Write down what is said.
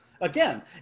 again